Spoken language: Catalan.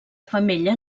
femella